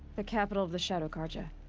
the capital of the shadow carja.